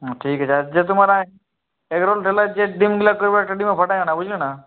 হ্যাঁ ঠিক আছে আর যে তোমার ওই এগরোল ঠেলায় যে ডিমগুলো করবে একটা ডিমও ফাটিয়ো না বুঝলে না